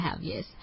yes